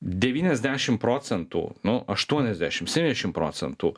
devyniasdešim procentų nu aštuoniasdešim septyniasdešim procentų